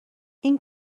این